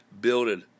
building